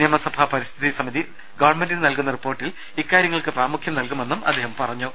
നിയമസഭാ പരിസ്ഥിതി സമിതി ഗവൺമെന്റിന് നൽകുന്ന റിപ്പോർട്ടിൽ ഇക്കാര്യങ്ങൾക്ക് പ്രാമുഖ്യം നൽകുമെന്ന് അദ്ദേഹം പറഞ്ഞു